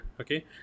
okay